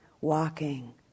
walking